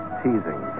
teasing